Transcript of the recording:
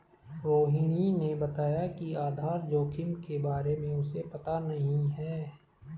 रोहिणी ने बताया कि आधार जोखिम के बारे में उसे पता नहीं है